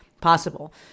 possible